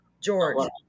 george